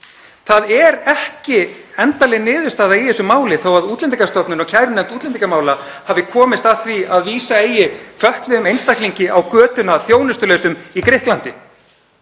Það er ekki endanleg niðurstaða í þessu máli þó að Útlendingastofnun og kærunefnd útlendingamála hafi komist að því að vísa eigi fötluðum einstaklingi á götuna þjónustulausum í Grikklandi.